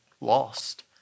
lost